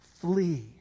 Flee